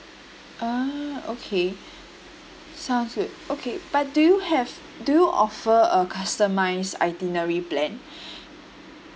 ah okay sounds good okay but do you have do you offer a customised itinerary plan